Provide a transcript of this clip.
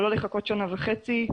אבל לא לחכות שנה וחצי.